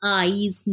eyes